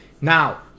Now